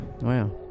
Wow